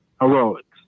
heroics